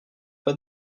pas